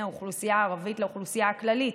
האוכלוסייה הערבית לאוכלוסייה הכללית.